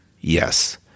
Yes